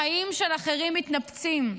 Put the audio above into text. חיים של אחרים מתנפצים.